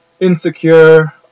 Insecure